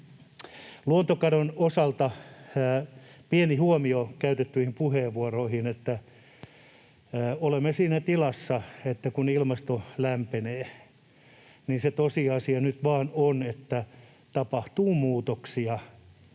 Luontokadon osalta pieni huomio käytettyihin puheenvuoroihin: Olemme siinä tilassa, että kun ilmasto lämpenee, niin se tosiasia nyt vain on, että tapahtuu muutoksia.